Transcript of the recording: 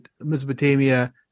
Mesopotamia